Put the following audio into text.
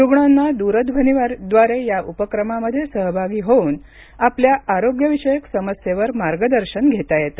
रूग्णांना दूरध्वनीव्दारे या उपक्रमामध्ये सहभागी होऊन आपल्या आरोग्यविषयक समस्येवर मार्गदर्शन येता येते